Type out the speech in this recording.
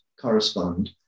correspond